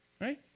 Right